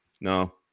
No